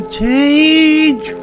change